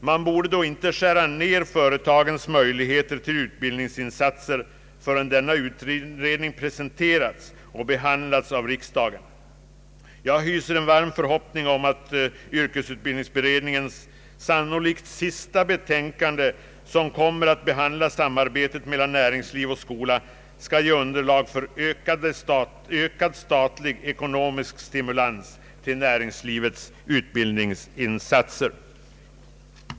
Man borde inte skära ned företagens möjligheter till utbildningsinsatser förrän denna utredning presenterats och behandlats av riksdagen. Jag hyser en varm förhoppning om att yrkesutbildningsberedningens <:sannolikt sista betänkande, som kommer att behandla samarbetet mellan näringsliv och skola, skall ge underlag för ökad statlig ekonomisk stimulans till näringslivets utbildningsinsatser.